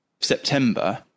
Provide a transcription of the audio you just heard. September